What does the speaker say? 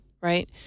right